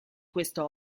questo